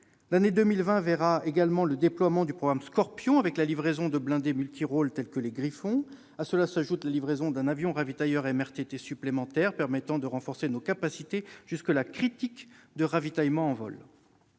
L'année 2020 verra également le déploiement du programme Scorpion, avec la livraison de blindés multi-rôles, tels que les Griffon. À cela s'ajoute la livraison d'un avion ravitailleur MRTT supplémentaire, permettant de renforcer nos capacités, jusque-là critiques, de ravitaillement en vol.